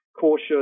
cautious